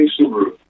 Subaru